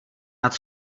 nad